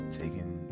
taking